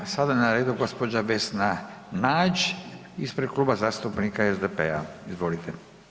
Sada je na redu gđa. Vesna Nađ ispred Kluba zastupnika SDP-a, izvolite.